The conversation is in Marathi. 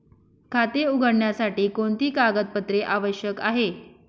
खाते उघडण्यासाठी कोणती कागदपत्रे आवश्यक आहे?